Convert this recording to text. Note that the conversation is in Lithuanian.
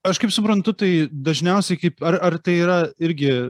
aš kaip suprantu tai dažniausiai kaip ar ar tai yra irgi